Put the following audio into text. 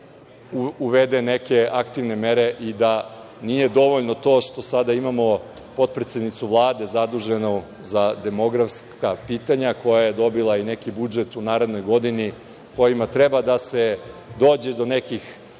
uvede neke aktivne mere. Nije dovoljno to što sada imamo potpredsednicu Vlade zaduženu za demografska pitanja, koja je dobila i neki budžet u narednoj godini, kojima treba da se dođe do nekih